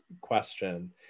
question